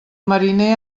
mariner